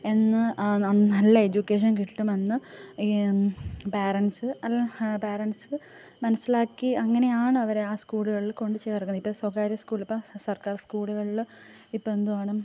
എന്ന് നല്ല എഡ്യൂക്കേഷൻ കിട്ടുമെന്ന് ഈ പേരെൻറ്റ്സ് അല്ല പേരെൻറ്റ്സ് മനസ്സിലാക്കി അങ്ങനെയാണ് അവരെ ആ സ്കൂളുകളിൽ കൊണ്ട് ചേർക്കുന്നത് ഇപ്പോൾ സ്വകാര്യ സ്കൂളിൽ ഇപ്പോൾ സർക്കാർ സ്കൂളുകളിൽ ഇപ്പോൾ എന്തുവാണ്